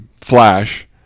Flash